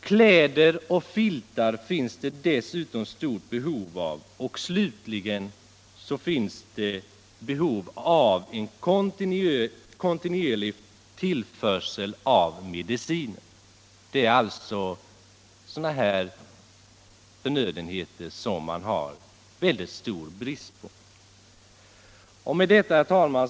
Kläder och filtar finns ett stort behov = Stöd till Folkfronten av, och detta gäller slutligen också en kontinuerlig tillförsel av mediciner. — för befrielse av Allt detta är sådana förnödenheter som man har mycket stor brist på. - Oman, m.m. Herr talman!